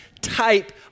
type